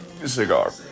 Cigar